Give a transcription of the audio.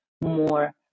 more